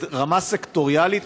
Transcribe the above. ברמה סקטוריאלית,